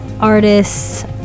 artists